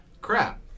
crap